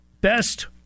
best